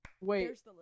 Wait